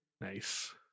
Nice